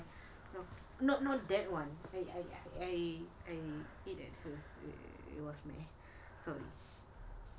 not not that one it was sorry